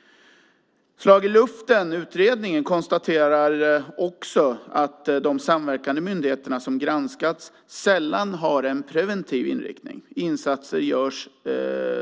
I utredningen Slag i luften konstateras att de samverkande myndigheter som granskats sällan har en preventiv inriktning. Insatser